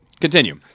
Continue